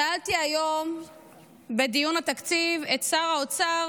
שאלתי בדיון התקציב את שר האוצר